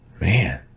Man